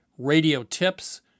radiotips